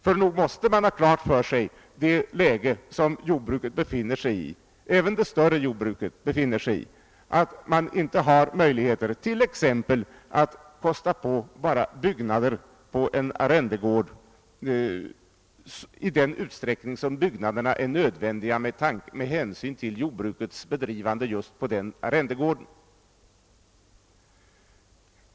Ty nog måste man ha klart för sig att jordbruket — även det större jordbruket — befinner sig i det läget att det inte finns möjligheter att exempelvis kosta på byggnader på en arrendegård i den utsträckning sådana behövs med hänsyn till jordbrukets bedrivande just på den arrendegården utan hänsyn till företagsekonomiska synpunkter.